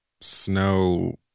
snow